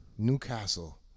Newcastle